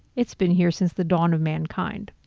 it's been here since the dawn of mankind.